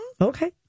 Okay